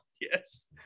Yes